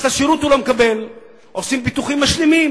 אז את השירות הוא לא מקבל, עושים ביטוחים משלימים,